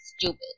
stupid